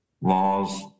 laws